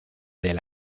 del